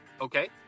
okay